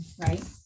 right